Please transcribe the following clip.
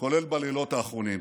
כולל בלילות האחרונים,